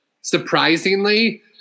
surprisingly